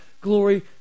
glory